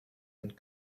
and